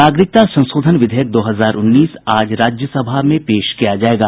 नागरिकता संशोधन विधेयक दो हजार उन्नीस आज राज्यसभा में पेश किया जाएगा